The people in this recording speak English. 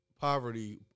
poverty